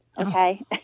Okay